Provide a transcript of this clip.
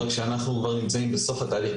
רק שאנחנו כבר נמצאים בסוף התהליך.